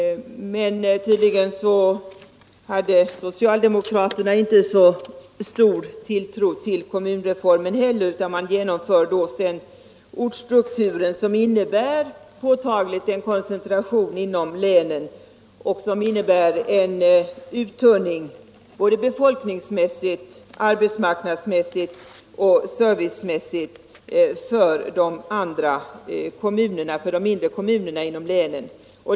Men tydligen hade socialdemokraterna inte så stor tilltro till kommunreformen, utan man genomförde den ortsstruktur som innebär en påtaglig koncentration inom länen och en uttunning både när det gäller befolkning, arbetsmarknad och service för de mindre kommunerna.